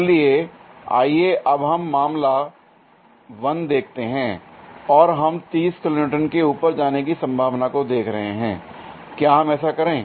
इसलिए आइए अब हम मामला 1 लेते हैं l और हम 30 किलो न्यूटन के ऊपर जाने की संभावना को देख रहे हैं l क्या हम ऐसा करें